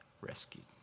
rescued